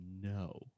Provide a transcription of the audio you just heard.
No